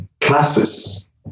classes